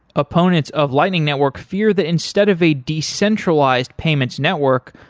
opponents of lightning network fear that instead of a decentralized payments network,